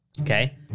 Okay